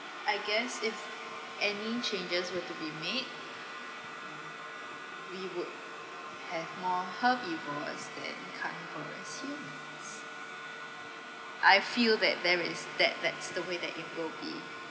I guess if any changes were to be made we would have more herbivores that assumes I feel that there is that~ that's the way that it will be